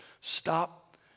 stop